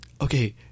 okay